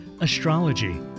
astrology